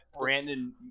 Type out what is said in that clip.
Brandon –